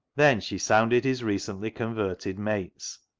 then she sounded his recently-converted mates,